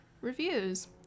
reviews